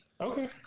Okay